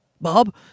Bob